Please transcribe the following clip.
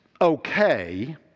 okay